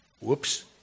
Whoops